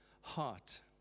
heart